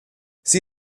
sie